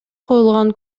коюлган